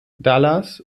dallas